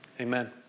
Amen